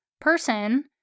person